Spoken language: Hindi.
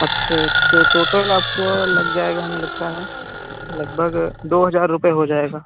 अच्छा तो टोटल आपका लग जाएगा हमें लगता है लगभग दो हज़ार रुपये हो जाएगा